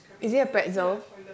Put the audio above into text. is it a pretzel